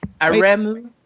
Aremu